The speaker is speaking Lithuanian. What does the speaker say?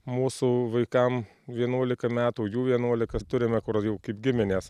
mūsų vaikam vienuolika metų jų vienuolika turime kur jau kaip giminės